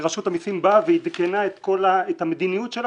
רשות המסים באה ועדכנה את המדיניות שלה